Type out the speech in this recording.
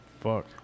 Fuck